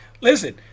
listen